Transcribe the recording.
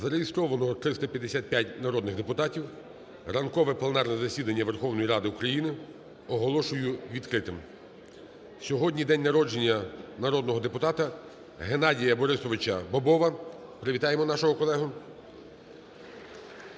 Зареєстровано 355 народних депутатів. Ранкове пленарне засідання Верховної Ради України оголошую відкритим. Сьогодні день народження народного депутата Геннадія Борисовича Бобова. Привітаємо нашого колегу.